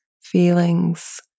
feelings